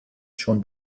schon